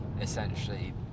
essentially